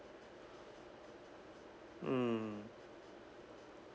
mm